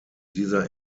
dieser